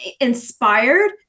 inspired